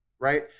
right